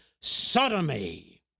sodomy